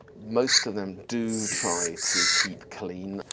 most of them do try to keep clean.